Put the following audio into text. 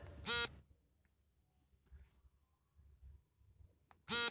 ಸಣ್ಣ ವ್ಯಾಪಾರ ಯೋಜ್ನ ಹಣಕಾಸು ಸುರಕ್ಷಿತಗೊಳಿಸಲು ಮತ್ತು ಪ್ರಯತ್ನಗಳಿಗೆ ಆದ್ಯತೆ ನೀಡಲು ಸಹಾಯ ಮಾಡುತ್ತೆ